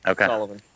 Okay